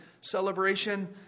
celebration